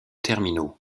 terminaux